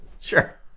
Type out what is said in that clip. Sure